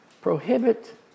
Prohibit